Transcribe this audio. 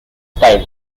style